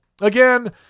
Again